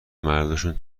مرداشون